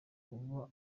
kuba